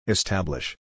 Establish